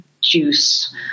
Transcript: juice